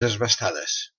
desbastades